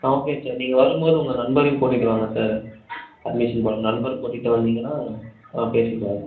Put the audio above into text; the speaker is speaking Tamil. ஆ ஓகே சார் நீங்கள் வரும்போது உங்கள் நண்பரையும் கூட்டிகிட்டு வாங்க சார் அட்மிஷன் போட நண்பர் கூட்டிகிட்டு வந்தீங்கன்னால் நாம் பேசிக்குவோம்